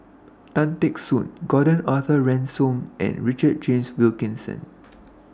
Tan Teck Soon Gordon Arthur Ransome and Richard James Wilkinson